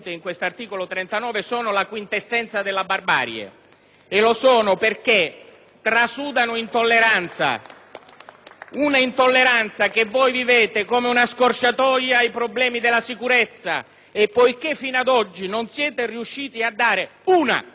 una intolleranza che voi vivete come una scorciatoia ai problemi della sicurezza. Poiché, sino ad oggi, non siete riusciti a dare una - dicasi una - risposta concreta al bisogno di sicurezza dei cittadini italiani, voi date sfogo all'istinto,